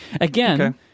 Again